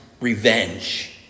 revenge